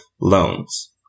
loans